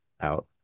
out